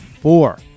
four